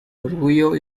orgullo